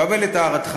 מקבל את הערתך.